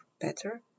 better